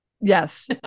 Yes